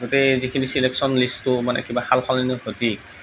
গোটেই যিখিনি চিলেক্টশ্যন লিষ্টটো মানে কিবা সালসলনি ঘটি